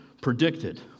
predicted